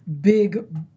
big